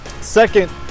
second